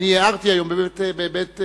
אני הערתי היום בבית-שערים,